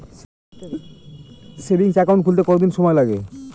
Savings account খুলতে কতদিন সময় লাগে?